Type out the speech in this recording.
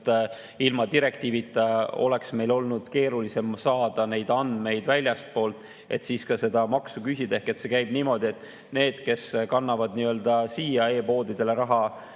ilma direktiivita oleks meil olnud keerulisem neid andmeid väljastpoolt saada, et siis ka seda maksu küsida. See käib niimoodi, et need, kes kannavad siia e‑poodidele raha